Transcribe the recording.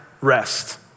rest